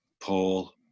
Paul